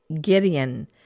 Gideon